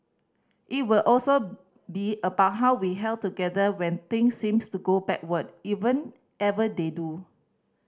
it will also be about how we held together when things seemed to go backward even ever they do